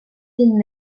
він